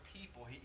people